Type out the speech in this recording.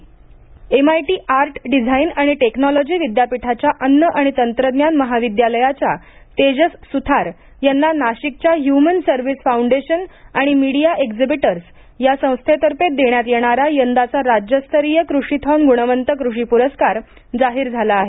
परस्कार MIT art design आणि technology विद्यापीठाच्या अन्न आणि तंत्रज्ञान महाविद्यालयाच्या तेजस सुथार यांना नाशिकच्या द्यूमन सर्व्हिस फाऊंडेशन आणि मिडीया एक्झिबिटर्स या संस्थेतर्फे देण्यात येणारा यंदाचा राज्यस्तरीय कृषीथॉन गुणवंत कृषी विद्यार्थी पुरस्कार जाहीर झाला आहे